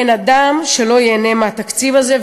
אין אדם שלא ייהנה מהתקציב הזה,